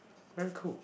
very cool